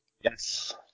Yes